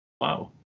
Wow